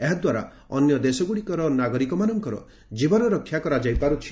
ଏହାଦ୍ୱାରା ଅନ୍ୟ ଦେଶଗୁଡ଼ିକର ନାଗରିକମାନଙ୍କର ଜୀବନରକ୍ଷା କରାଯାଇ ପାର୍ରଛି